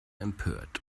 empört